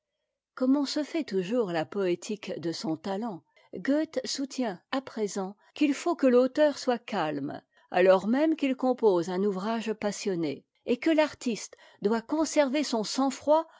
on se fait toujours la poétique de son talent goethe soutient à'présent qu'il faut que fauteur soit calme alors même qu'il compose un ouvrage passionné et que l'artiste doit conserver son sang-froid